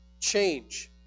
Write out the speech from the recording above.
change